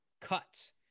cuts